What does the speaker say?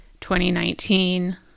2019